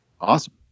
awesome